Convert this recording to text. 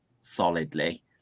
solidly